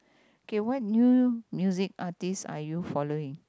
okay what new music artistes are you following